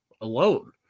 alone